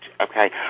okay